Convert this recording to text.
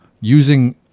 using